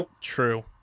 True